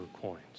coins